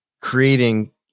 creating